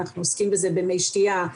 אנחנו עוסקים בזה במי שתייה,